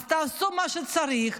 אז תעשו מה שצריך.